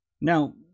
Now